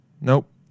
Nope